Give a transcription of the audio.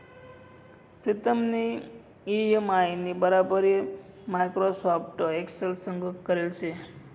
प्रीतमनी इ.एम.आय नी बराबरी माइक्रोसॉफ्ट एक्सेल संग करेल शे